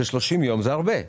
ש-30 יום זה הרבה.